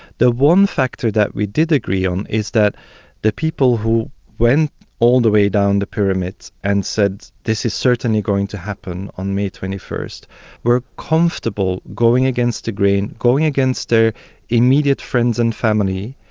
the one factor that we did agree on is that the people who went all the way down the pyramid and said this is certainly going to happen on may twenty first were comfortable going against the grain, going against their immediate friends and family,